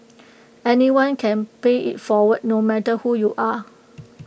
anyone can pay IT forward no matter who you are